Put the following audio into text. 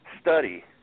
study